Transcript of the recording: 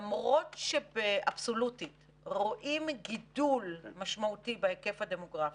למרות שאבסולוטית רואים גידול משמעותי בהיקף הדמוגרפי,